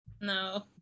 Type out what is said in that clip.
No